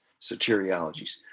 soteriologies